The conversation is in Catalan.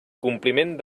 compliment